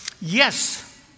yes